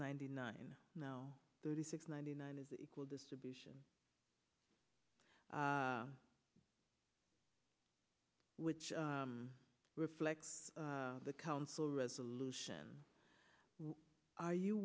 ninety nine now thirty six ninety nine is equal distribution which reflects the council resolution are you